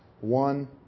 one